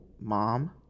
mom